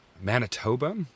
Manitoba